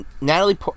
Natalie